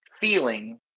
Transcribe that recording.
feeling